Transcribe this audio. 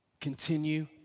continue